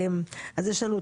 אז יש לנו,